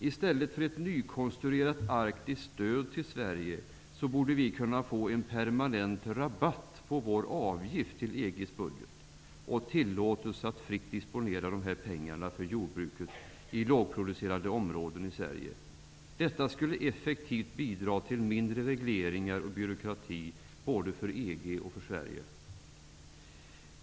I stället för ett nykonstruerat arktiskt stöd till Sverige borde Sverige kunna få en permanent ''rabatt'' på avgiften till EG:s budget och tillåtelse att fritt disponera dessa pengar för jordbruket i lågproducerande områden i Sverige. Detta skulle effektivt bidra till färre regleringar och byråkrati för både EG och Sverige.